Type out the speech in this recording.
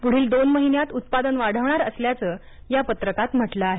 पुढील दोन महिन्यांत उत्पादन वाढवणार असल्याचं या पत्रकात म्हटलं आहे